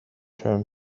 term